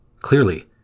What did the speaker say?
Clearly